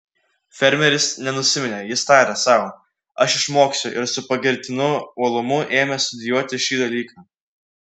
fermeris nenusiminė jis tarė sau aš išmoksiu ir su pagirtinu uolumu ėmė studijuoti šį dalyką